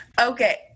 okay